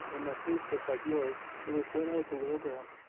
when my face looked like yours, it was when i was a little girl,